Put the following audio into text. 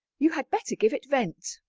you had better give it vent.